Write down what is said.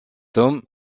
homme